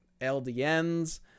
ldns